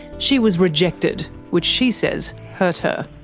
she was rejected, which she says hurt her.